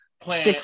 playing